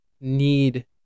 need